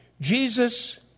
Jesus